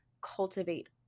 cultivate